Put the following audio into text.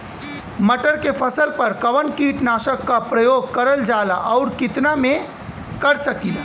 मटर के फसल पर कवन कीटनाशक क प्रयोग करल जाला और कितना में कर सकीला?